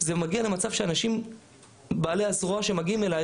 זה מגיע למצב שאנשים בעלי הזרוע שמגיעים אליי,